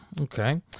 Okay